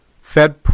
Fed